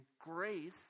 grace